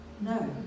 No